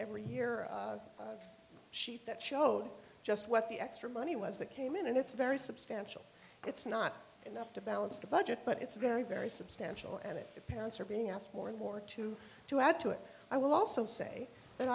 every year sheet that showed just what the extra money was that came in and it's very substantial it's not enough to balance the budget but it's very very substantial and it parents are being asked more and more to to add to it i will also say